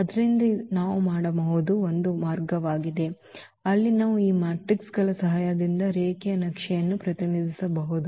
ಆದ್ದರಿಂದ ಇದು ನಾವು ಮಾಡಬಹುದಾದ ಒಂದು ಮಾರ್ಗವಾಗಿದೆ ಅಲ್ಲಿ ನಾವು ಈ ಮ್ಯಾಟ್ರಿಕ್ಗಳ ಸಹಾಯದಿಂದ ರೇಖೀಯ ನಕ್ಷೆಯನ್ನು ಪ್ರತಿನಿಧಿಸಬಹುದು